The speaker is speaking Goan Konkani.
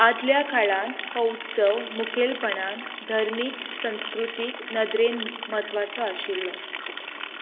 आदल्या काळांत हो उत्सव मुखेलपणान धर्मीक संस्कृतीक नदरेन म्हत्वाचो आशिल्लो